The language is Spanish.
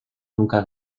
nunca